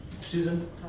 Susan